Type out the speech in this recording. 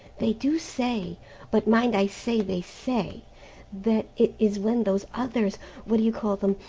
they do say but mind i say they say that it is when those others what do you call them?